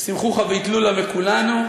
שעושים חוכא ואטלולא מכולנו.